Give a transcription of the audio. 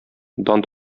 дан